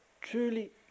truly